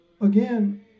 again